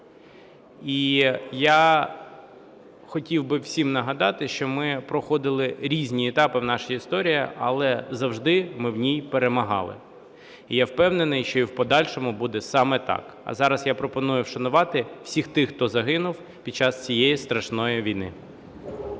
І я хотів би всім нагадати, що ми проходили різні етапи в нашій історії, але завжди ми в ній перемагали. І я впевнений, що і в подальшому буде саме так. А зараз я пропоную вшанувати всіх тих, хто загинув під час цієї страшної війни.